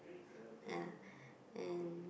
yeah and